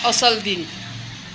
असल दिन